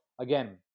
again